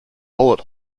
bullet